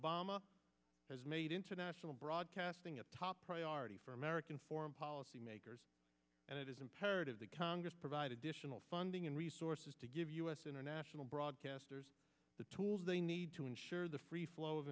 obama has made international broadcasting a top priority for american foreign policy makers and it is imperative that congress provide additional funds and resources to give us international broadcasters the tools they need to ensure the free flow of